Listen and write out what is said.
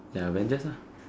ya Avengers lah